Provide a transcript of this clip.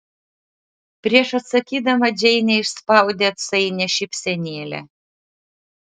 prieš atsakydama džeinė išspaudė atsainią šypsenėlę